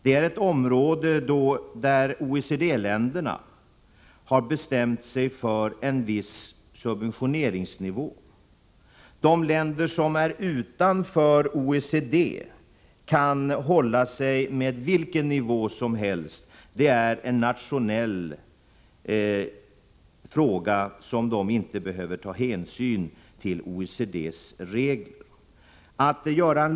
Det handlar om ett område där OECD-länderna har bestämt sig för en viss subventioneringsnivå. De länder som inte tillhör OECD kan hålla sig med vilken nivå som helst — det är en nationell fråga, där de inte behöver ta hänsyn till OECD-reglerna.